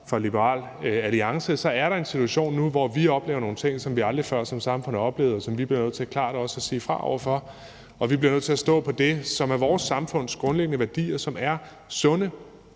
fra Liberal Alliance påpegede, er der nu en situation, hvor vi oplever nogle ting, som vi som samfund aldrig før har oplevet, og som vi også bliver nødt til at sige klart fra over for. Vi bliver nødt til at stå på det, som er vores samfunds grundlæggende værdier, og som er sunde,